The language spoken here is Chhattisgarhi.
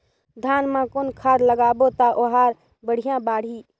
धान मा कौन खाद लगाबो ता ओहार बेडिया बाणही?